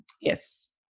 yes